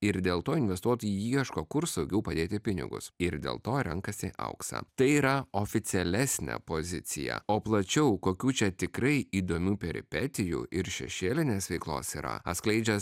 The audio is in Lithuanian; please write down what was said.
ir dėl to investuotojai ieško kur saugiau padėti pinigus ir dėl to renkasi auksą tai yra oficialesnė pozicija o plačiau kokių čia tikrai įdomių peripetijų ir šešėlinės veiklos yra atskleidžia